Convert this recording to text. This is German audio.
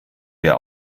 wir